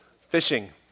Fishing